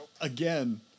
again